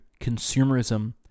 consumerism